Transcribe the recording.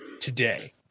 today